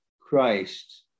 Christ